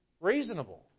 Reasonable